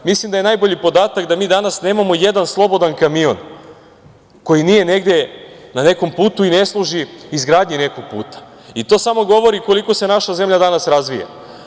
Mislim da je najbolji podatak da mi danas nemamo jedan slobodan kamion koji nije negde na nekom putu i ne služi izgradnji nekog puta i to samo govori koliko se naša zemlja danas razvija.